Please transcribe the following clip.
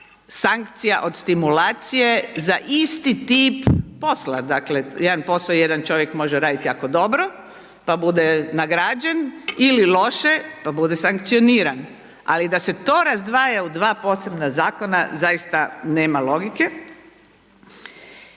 sankcija od stimulacije za isti tip posla. Dakle, jedan posao, jedan čovjek može raditi jako dobro, pa bude nagrađen ili loše pa bude sankcioniran, ali da se to razdvaja u 2 posebna zakona, zaista, nema logike.